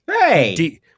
Hey